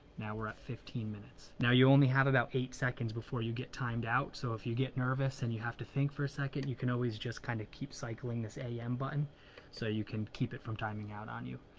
now we're at fifteen minutes. now you only have about eight seconds before you get timed out. so if you get nervous and you have to think for a second, you can always just kind of keep cycling this a m button so you can keep it from timing out on you.